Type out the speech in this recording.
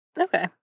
Okay